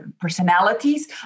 personalities